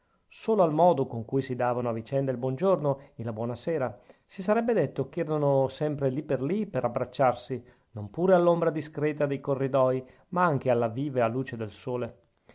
solo al modo con cui si davano a vicenda il buon giorno e la buona sera si sarebbe detto che erano sempre lì lì per abbracciarsi non pure all'ombra discreta dei corridoi ma anche alla viva luce del sole